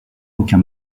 aucun